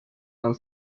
and